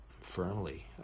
firmly